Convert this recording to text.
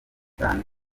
cyane